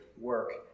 work